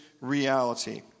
reality